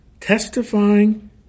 Testifying